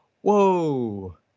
whoa